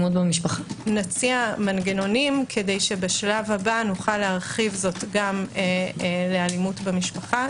ונציע מנגנונים כדי שבשלב הבא נוכל להרחיב זאת גם לאלימות במשפחה.